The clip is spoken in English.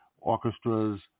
Orchestra's